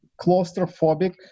claustrophobic